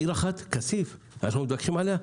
עיר אחת, כסיף, אנחנו מתווכחים עליה.